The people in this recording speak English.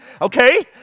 Okay